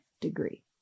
degree